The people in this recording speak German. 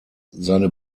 seine